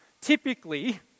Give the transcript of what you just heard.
Typically